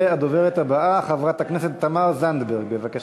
הדוברת הבאה, חברת הכנסת תמר זנדברג, בבקשה.